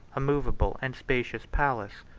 a movable and spacious palace,